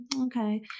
okay